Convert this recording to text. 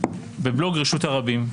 בבלוג רשות הרבים.